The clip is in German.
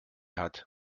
hat